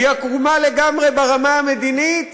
היא עקומה לגמרי ברמה המדינית,